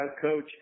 coach